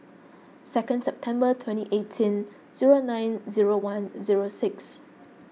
second September twenty eighteen zero nine zero one zero six